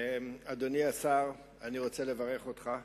אדוני השר, אני רוצה לברך אותך.